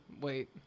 Wait